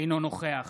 אינו נוכח